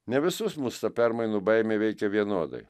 ne visus mus ta permainų baimė veikia vienodai